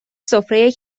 سفره